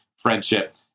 friendship